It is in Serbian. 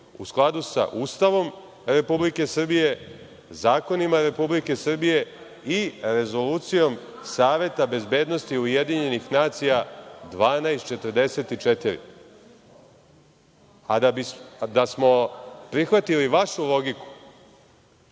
u skladu sa Ustavom Republike Srbije, zakonima Republike Srbije i Rezolucijom Saveta bezbednosti Ujedinjenih nacija 1244. Da smo prihvatili vašu logiku,